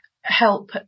help